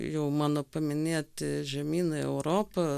jau mano paminėti žemynai europa